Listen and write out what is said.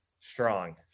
strong